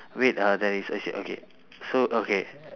wait uh there is actually okay so okay